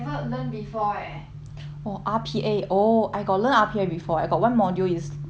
oh R_P_A oh I got learn R_P_A before I got one module is uh is learn R_P_A one